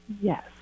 Yes